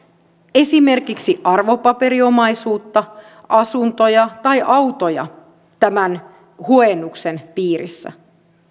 esimerkiksi arvopaperiomaisuutta asuntoja tai autoja tämän huojennuksen piirissä